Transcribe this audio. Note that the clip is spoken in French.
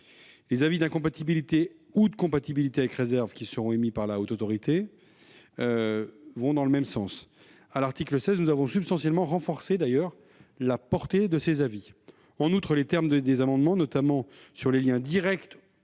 Les avis d'incompatibilité ou de compatibilité avec réserves qui seront émis par la HATVP vont dans le même sens. À l'article 16, nous avons d'ailleurs substantiellement renforcé la portée de ces avis. En outre, les termes employés dans les amendements, notamment sur les liens « directs